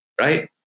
Right